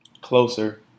closer